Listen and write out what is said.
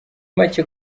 macye